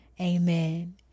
Amen